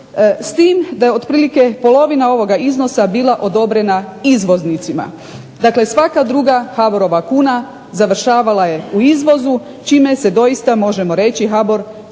s tim da je otprilike polovina ovog iznosa bila odobrena izvoznicima. Dakle, svaka druga HBOR-ova kuna završavala je u izvozu čime se možemo doista reći